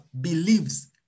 believes